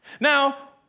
Now